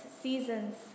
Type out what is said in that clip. seasons